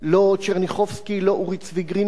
לא טשרניחובסקי, לא אורי צבי גרינברג.